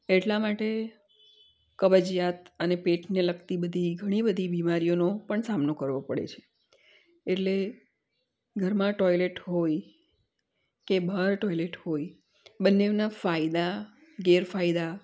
એટલા માટે કબજિયાત અને પેટને લગતી બધી ઘણી બધી બીમારીઓનો પણ સામનો કરવો પડે છે એટલે ઘરમાં ટોઇલેટ હોય કે બહાર ટોઇલેટ હોય બન્નેવના ફાયદા ગેરફાયદા